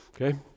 Okay